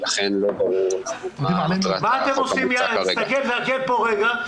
ולכן לא ברור מה מטרת החוק המוצע כרגע.